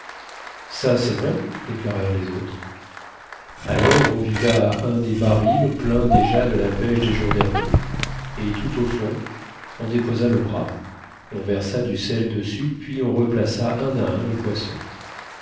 ça c'est vrai déclarèrent les autres alors on vida un des barils plein déjà de la pêche des jours derniers et tout au fond on déposa le bras on versa du sel dessus puis on replaça un à un les poissons